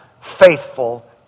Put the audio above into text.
faithful